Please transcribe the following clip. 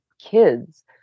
kids